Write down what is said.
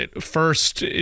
First